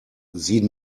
sie